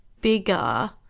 bigger